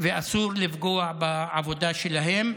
ואסור לפגוע בעבודה שלהם.